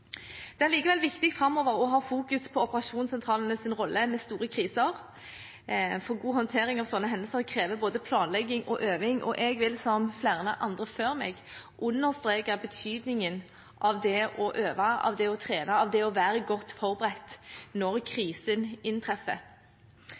Det er likevel viktig framover å ha fokus på operasjonssentralenes rolle ved store kriser, for god håndtering av sånne hendelser krever både planlegging og øving. Og jeg vil, som flere andre før meg, understreke betydningen av å øve, trene og være godt forberedt når krisen inntreffer. Det legges også opp til at det nå skal være